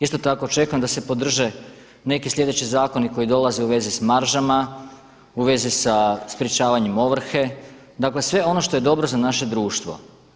Isto tako očekujem da se podrže neki slijedeći zakoni koji dolaze u vezi s maržama, u vezi sa sprječavanjem ovrhe, dakle sve ono što je dobro za naše društvo.